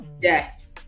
Yes